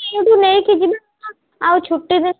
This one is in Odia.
ଏଇଠୁ ନେଇକି ଯିବା ଆଉ ଛୁଟି ଦିନ